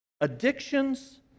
Addictions